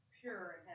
pure